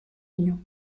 union